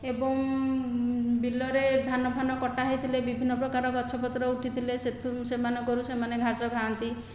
ଏବଂ ବିଲରେ ଧାନ ଫାନ କଟା ହେଇଥିଲେ ବିଭିନ୍ନ ପ୍ରକାର ଗଛ ପତ୍ର ଉଠିଥିଲେ ସେମାନଙ୍କରୁ ସେମାନେ ଘାସ ଖାଆନ୍ତି